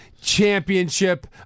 Championship